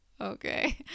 okay